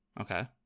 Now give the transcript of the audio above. Okay